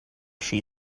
she